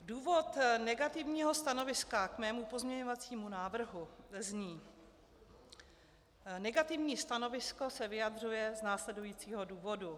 Důvod negativního stanoviska k mému pozměňovacímu návrhu zní: Negativní stanovisko se vyjadřuje z následujícího důvodu.